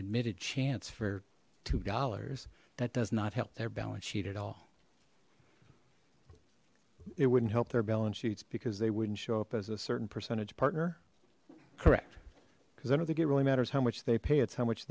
admitted chance for two dollars that does not help their balance sheet at all it wouldn't help their balance sheets because they wouldn't show up as a certain percentage partner correct cuz i don't think it really matters how much they pay it's how much